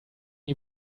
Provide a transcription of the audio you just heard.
you